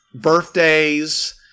birthdays